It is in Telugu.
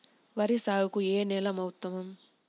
వరి సాగుకు ఏ నేల ఉత్తమం?